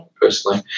personally